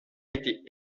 été